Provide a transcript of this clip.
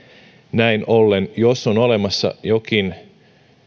näin ollen jos on olemassa jokin